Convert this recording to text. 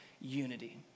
unity